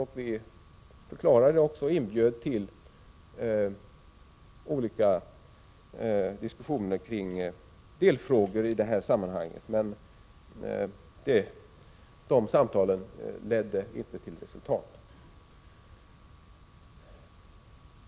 Vi inbjöd också till olika diskussioner kring delfrågorna, men dessa samtal ledde inte till resultat.